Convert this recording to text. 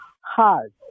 hard